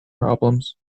problems